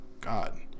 God